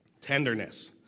Tenderness